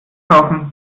kaufen